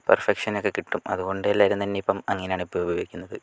പെർഫെക്ഷനൊക്കെ കിട്ടും അതുകൊണ്ട് എല്ലാവരും തന്നെ ഇപ്പം അങ്ങിനെയാണിപ്പൊൾ ഉപയോഗിക്കുന്നത്